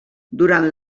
durant